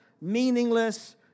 meaningless